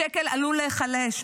השקל עלול להיחלש.